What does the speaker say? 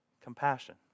compassion